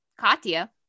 Katya